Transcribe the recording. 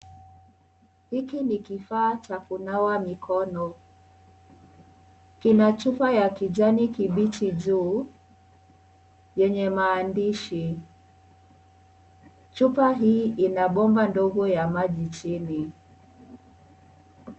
Hiki ni kifaa cha kunawa mikono, kina chupa ya kijani kibichi juu, yenye maandishi. Chupa hii ina bomba ndogo ya maji chini.